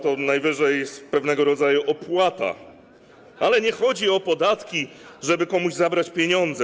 To najwyżej jest pewnego rodzaju opłata, ale nie chodzi o podatki, żeby komuś zabrać pieniądze.